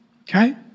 okay